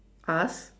us